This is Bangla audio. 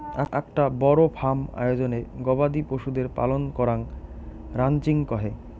আকটা বড় ফার্ম আয়োজনে গবাদি পশুদের পালন করাঙ রানচিং কহে